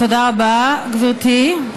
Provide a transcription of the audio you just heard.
תודה רבה, גברתי.